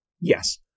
yes